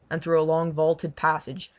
and through a long vaulted passage,